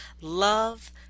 Love